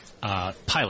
pilot